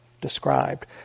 described